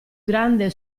grande